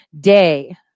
day